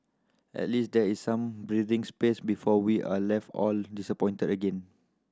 at least there is some breathing space before we are all left all disappointed again